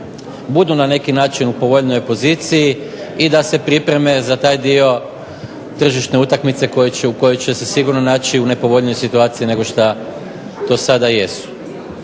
budu na neki način u povoljnijoj policiji i da se pripreme za taj dio tržišne utakmice u kojoj će se sigurno naći u nepovoljnijoj situaciji nego šta to sada jesu.